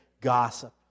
gossip